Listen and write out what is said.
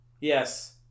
Yes